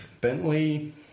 Bentley